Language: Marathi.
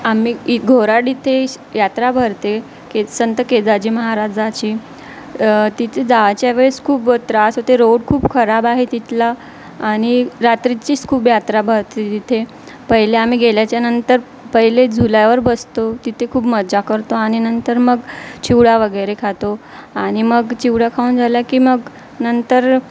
आम्ही ही घोराडी इथे यात्रा भरते के संत केदारजी महाराजाची तिथे जायच्या वेळेस खूप त्रास होते रोड खूप खराब आहे तिथला आणि रात्रीचीच खूप यात्रा भरते तिथे पहिले आम्ही गेल्याच्यानंतर पहिले झुल्यावर बसतो तिथे खूप मज्जा करतो आणि नंतर मग चिवडा वगैरे खातो आणि मग चिवडा खाऊन झालं की मग नंतर